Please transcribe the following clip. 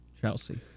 Chelsea